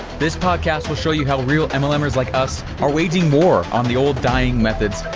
this podcast will show you how real mlmers like us are waging more on the old dying methods.